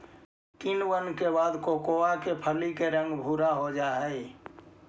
किण्वन के बाद कोकोआ के फली के रंग भुरा हो जा हई